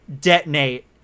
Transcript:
detonate